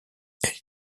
elle